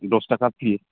दस ताका केजि